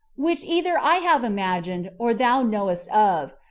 which either i have imagined, or thou knowest of,